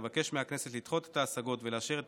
אבקש מהכנסת לדחות את ההשגות ולאשר את